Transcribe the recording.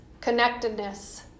connectedness